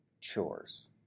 chores